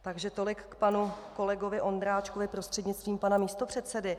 Takže tolik k panu kolegovi Ondráčkovi, prostřednictvím pana místopředsedy.